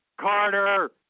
Carter